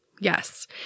Yes